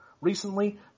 recently